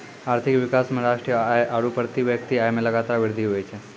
आर्थिक विकास मे राष्ट्रीय आय आरू प्रति व्यक्ति आय मे लगातार वृद्धि हुवै छै